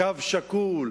קו שקול,